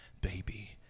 baby